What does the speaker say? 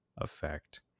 effect